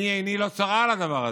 עיני לא צרה על הדבר הזה.